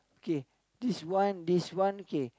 K this one this one K